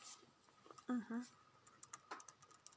mmhmm